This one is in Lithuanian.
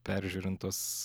peržiūrint tuos